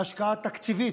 בהשקעה תקציבית,